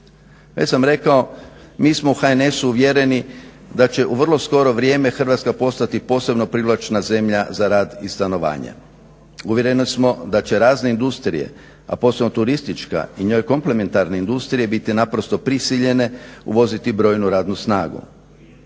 Već sam rekao mi smo u HNS-u uvjereni da će u vrlo skoro vrijeme Hrvatska postati posebno privlačna zemlja za rad i stanovanje. Uvjereni smo da će razne industrije, a posebno turistička i njoj komplementarne industrije biti naprosto prisiljene uvoziti brojnu radnu snagu.